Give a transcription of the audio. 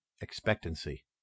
expectancy